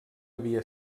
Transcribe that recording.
havia